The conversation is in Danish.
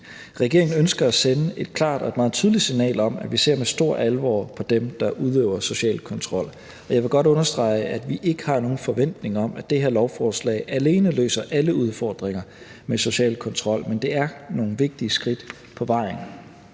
Regeringen ønsker at sende et klart og et meget tydeligt signal om, at vi ser med stor alvor på dem, der udøver social kontrol, og jeg vil godt understrege, at vi ikke har nogen forventning om, at det her lovforslag alene løser alle udfordringer med social kontrol, men det er nogle vigtige skridt på vejen,